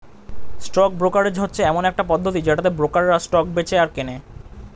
stock brokerage হচ্ছে এমন একটা পদ্ধতি যেটাতে ব্রোকাররা স্টক বেঁচে আর কেনে